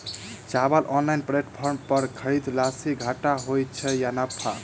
चावल online platform पर खरीदलासे घाटा होइ छै या नफा?